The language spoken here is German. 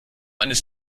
eines